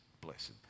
blessed